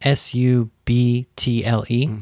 s-u-b-t-l-e